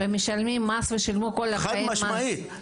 והם משלמים מס ושילמו כל החיים מס.